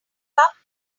cup